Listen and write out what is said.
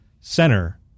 center